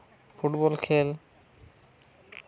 football ᱠᱷᱮᱹᱞ